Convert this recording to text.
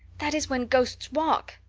that is when ghosts walk.